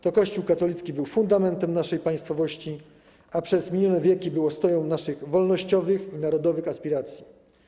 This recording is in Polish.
To Kościół katolicki był fundamentem naszej państwowości, a przez minione wieki był ostoją naszych wolnościowych i narodowych aspiracji.